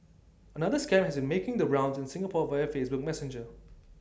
another scam has making the rounds in Singapore via Facebook Messenger